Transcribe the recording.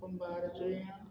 कुंबार जुयां